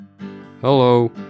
Hello